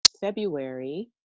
February